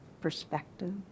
perspective